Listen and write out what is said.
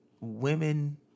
women